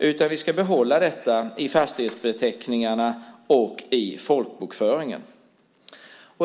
Vi ska behålla det i fastighetsbeteckningarna och i folkbokföringen.